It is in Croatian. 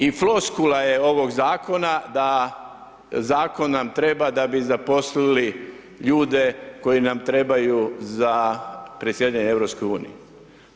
I floskula je ovog zakona da zakon nam treba da bi zaposlili ljude koji nam trebaju za predsjedanje EU-om.